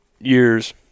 years